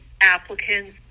applicants